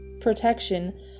protection